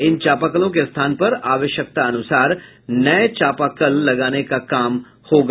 इन चापाकलों के स्थान पर आवश्यकतानुसार नये चापाकल लगाने का काम होगा